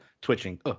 twitching